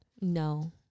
No